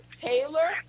Taylor